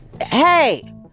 Hey